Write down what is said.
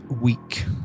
week